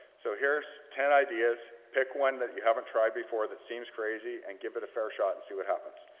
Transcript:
so here's ten ideas. pick one that you haven't tried before that seems crazy and give it a fair shot and see what happens.